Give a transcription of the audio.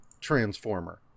transformer